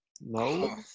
No